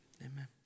Amen